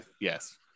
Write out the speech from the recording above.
yes